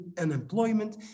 unemployment